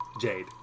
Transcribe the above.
Jade